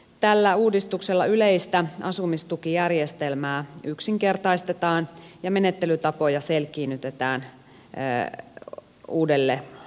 tällä uudistuksella yleistä asumistukijärjestelmää yksinkertaistetaan ja menettelytapoja selkiinnytetään uudelle tasolle